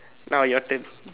now your turn